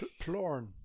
Plorn